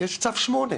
יש צו שמונה.